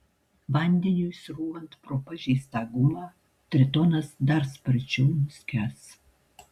vandeniui srūvant pro pažeistą gumą tritonas dar sparčiau nuskęs